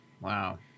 Wow